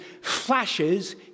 flashes